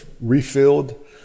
refilled